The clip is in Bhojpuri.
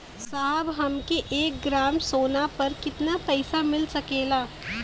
साहब हमके एक ग्रामसोना पर कितना पइसा मिल सकेला?